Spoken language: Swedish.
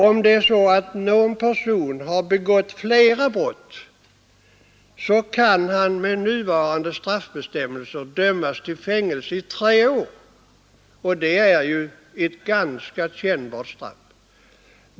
Om en person har begått flera brott, kan han med nuvarande straffbestämmelser dömas till fängelse i tre år, och det är ju ett ganska kännbart straff.